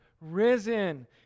risen